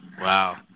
Wow